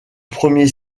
premier